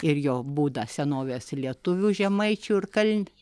ir jo būdą senovės lietuvių žemaičių ir kal